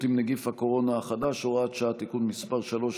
עם נגיף הקורונה החדש (הוראת שעה) (תיקון מס' 3),